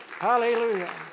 Hallelujah